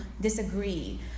disagree